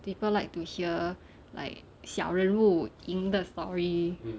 people like to hear like 小人物赢的 story